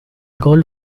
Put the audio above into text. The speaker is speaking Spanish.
gol